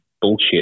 bullshit